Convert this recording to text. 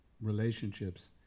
relationships